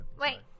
Wait